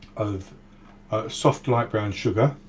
of soft light brown sugar,